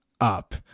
up